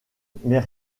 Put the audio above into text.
mais